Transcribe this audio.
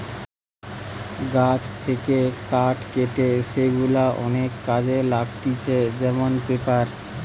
গাছ থেকে কাঠ কেটে সেগুলা অনেক কাজে লাগতিছে যেমন পেপার